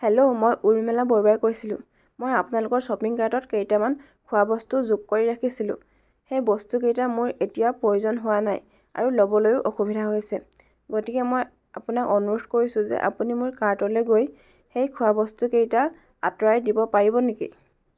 hello মই উৰ্মিলা বৰুৱাই কৈছিলোঁ মই আপোনালোকৰ শ্ব'পিং কাৰ্ডত কেইটামান খোৱা বস্তু যোগ কৰি ৰাখিছিলোঁ সেই বস্তুকেইটা মই এতিয়া প্ৰয়োজন হোৱা নাই আৰু ল'বলৈও অসুবিধা হৈছে গতিকে মই আপোনাক অনুৰোধ কৰিছোঁ যে আপুনি মোৰ কাৰ্ডলৈ গৈ সেই খোৱাবস্তুকেইটা আঁতৰাই দিব পাৰিব নেকি